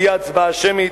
תהיה הצבעה שמית,